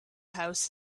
house